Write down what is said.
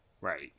Right